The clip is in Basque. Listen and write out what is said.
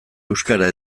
euskara